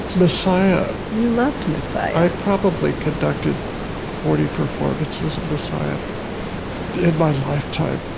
messiah, you loved messiah. i probably conducted forty performances of messiah in my lifetime.